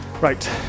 right